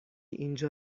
اینجا